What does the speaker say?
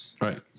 right